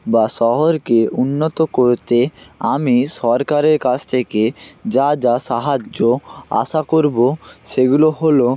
বা শহরকে উন্নত করতে আমি সরকারের কাছ থেকে যা যা সাহায্য আশা করবো সেগুলো হলো